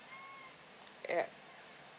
yeah